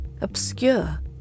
obscure